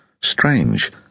Strange